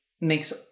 makes